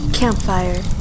Campfire